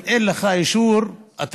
אם אין לך אישור מראש,